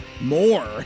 more